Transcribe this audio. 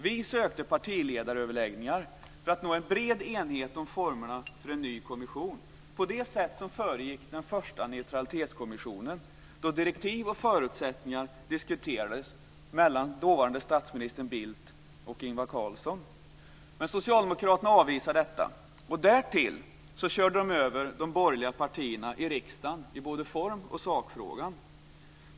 Vi sökte partiledaröverläggningar för att nå en bred enighet om formerna för en ny kommission - på det sätt som föregick den första neutraliteskommissionen, då direktiv och förutsättningar diskuterades mellan dåvarande statsministern Bildt och Ingvar Carlsson. Men socialdemokraterna avvisade detta. Därtill körde de över de borgerliga partierna i riksdagen i både form och sakfrågan.